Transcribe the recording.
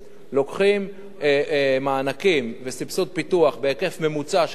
לוקחים מענקים וסבסוד פיתוח בהיקף ממוצע של 100,000